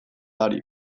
ari